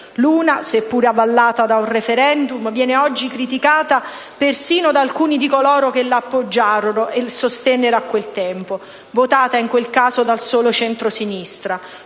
L'una, seppure avallata da un *referendum*, viene oggi criticata perfino da alcuni tra coloro che la appoggiarono e sostennero a quel tempo, votata in quel caso dal solo centrosinistra.